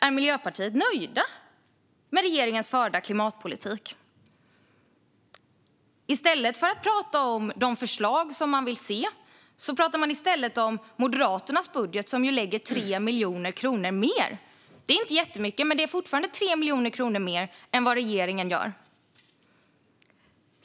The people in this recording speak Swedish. Är Miljöpartiet nöjda med regeringens förda klimatpolitik? I stället för att prata om de förslag som man vill se pratar man om Moderaternas budget, som ju innebär 3 miljoner kronor mer. Det är inte jättemycket, men det är fortfarande 3 miljoner kronor mer.